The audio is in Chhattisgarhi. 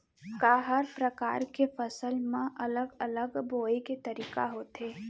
का हर प्रकार के फसल बर अलग अलग बोये के तरीका होथे?